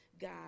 god